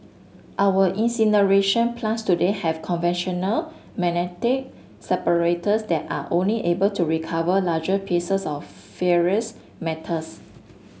our incineration plants today have conventional magnetic separators that are only able to recover larger pieces of ferrous metals